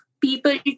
people